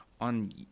on